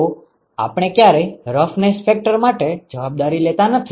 તો આપણે ક્યારેય રફનેસ ફેક્ટર માટે જવાબદારી લેતા નથી